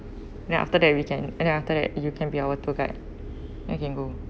then after that we can then after that you can be our tour guide we can go